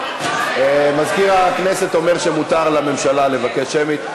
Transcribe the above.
--- מזכיר הכנסת אומר שמותר לממשלה לבקש שמית.